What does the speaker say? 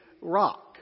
rock